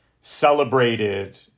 celebrated